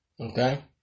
Okay